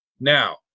Now